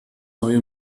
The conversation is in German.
neue